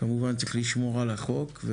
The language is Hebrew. כמובן צריך לשמור על החוק,